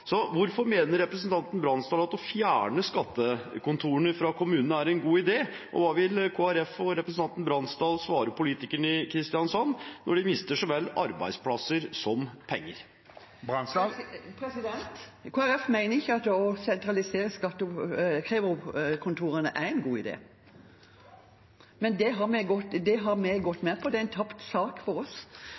så vel arbeidsplasser som penger? Kristelig Folkeparti mener ikke at å sentralisere skatteoppkreverkontorene er en god idé, men det har vi gått med på. Det er en tapt sak for oss.